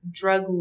drug